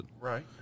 Right